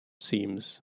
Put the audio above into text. seems